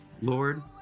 Lord